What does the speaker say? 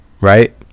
right